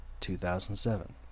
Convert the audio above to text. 2007